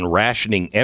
rationing